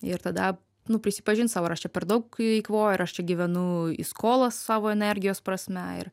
ir tada nu prisipažint sau ar aš čia per daug eikvoju ar aš čia gyvenu į skolą savo energijos prasme ir